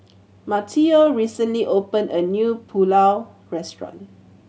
Mateo recently opened a new Pulao Restaurant